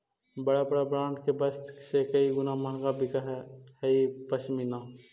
बड़ा बड़ा ब्राण्ड के वस्त्र से कई गुणा महँगा बिकऽ हई पशमीना